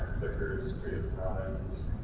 flickr's creative commons,